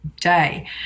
day